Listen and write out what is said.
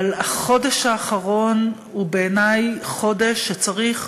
אבל החודש האחרון הוא בעיני חודש שצריך